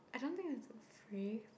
I don't think it's free